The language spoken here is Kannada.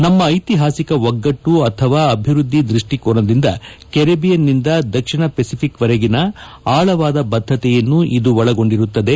ನಮ್ಮ ಐತಿಹಾಸಿಕ ಒಗ್ಗಟ್ಟು ಅಥವಾ ಅಭಿವೃದ್ದಿ ದೃಷ್ಟಿಕೋನದಿಂದ ಕೆರೆಬಿಯನ್ನಿಂದ ದಕ್ಷಿಣ ಪೆಸಿಫಿಕ್ವರೆಗಿನ ಆಳವಾದ ಬದ್ದತೆಯನ್ನು ಇದು ಒಳಗೊಂಡಿರುತ್ತದೆ